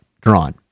drawn